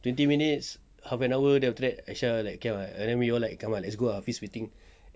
twenty minutes half an hour after that aisyah like okay ah then we all like come lah let's go ah hafiz waiting